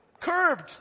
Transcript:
curbed